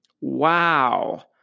Wow